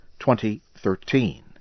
2013